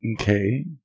Okay